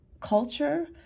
culture